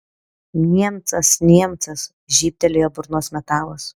niemcas niemcas žybtelėjo burnos metalas